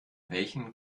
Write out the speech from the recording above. welchen